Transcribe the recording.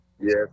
Yes